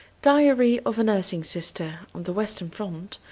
diary of a nursing sister on the western front,